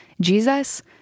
Jesus